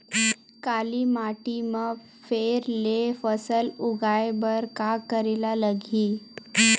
काली माटी म फेर ले फसल उगाए बर का करेला लगही?